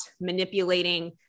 manipulating